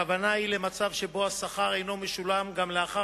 הכוונה היא למצב שבו השכר אינו משולם גם לאחר